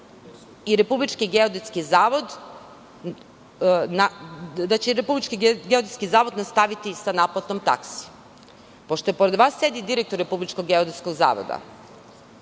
i Republički geodetski zavod nastaviti sa naplatom taksi? Pošto pored vas sedi direktor Republičkog geodetskog zavoda,